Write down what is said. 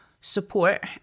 support